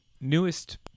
newest